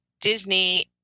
Disney